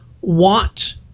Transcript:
want